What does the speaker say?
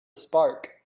spark